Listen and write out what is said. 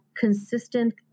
consistent